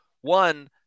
one